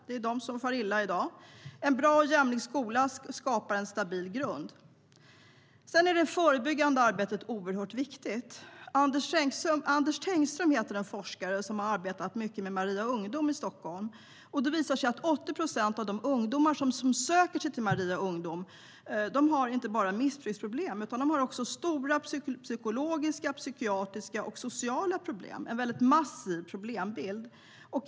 Det är de som far illa i dag. Men en bra och jämlik skola skapar en stabil grund. Det förebyggande arbetet är oerhört viktigt. En forskare som heter Anders Tengström har arbetat mycket med Maria Ungdom i Stockholm. Det har visat sig att 80 procent av de ungdomar som söker sig till Maria Ungdom inte bara har missbruksproblem, utan de har också stora psykologiska, psykiatriska och sociala problem. De har en massiv problembild.